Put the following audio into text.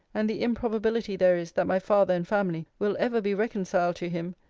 and the improbability there is that my father and family will ever be reconciled to him,